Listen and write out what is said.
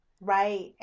Right